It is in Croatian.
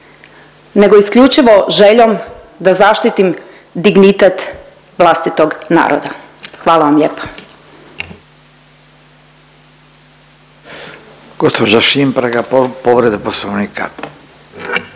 nego isključivo željom da zaštitim dignitet vlastitog naroda. Hvala vam lijepa.